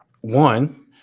one